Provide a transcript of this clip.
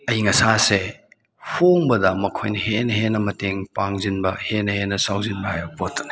ꯑꯏꯪ ꯑꯥꯁꯥꯁꯦ ꯍꯣꯡꯕꯗ ꯃꯈꯣꯏꯅ ꯍꯦꯟꯅ ꯍꯦꯟꯅ ꯃꯇꯦꯡ ꯄꯥꯡꯁꯤꯟꯕ ꯍꯦꯟꯅ ꯍꯦꯟꯅ ꯁꯥꯎꯖꯤꯟꯕ ꯍꯥꯏꯕ ꯄꯣꯠꯇꯨꯅꯤ